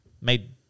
Made